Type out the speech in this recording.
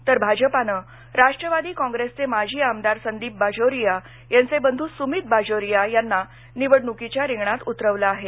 तर भाजपानं राष्ट्रवादी काँग्रेसचे माजी आमदार संदीप बाजोरिया यांचे बंधू सुमित बाजोरिया यांना निवडणुकीच्या रिंगणात उतरवलं आहे